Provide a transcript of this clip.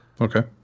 Okay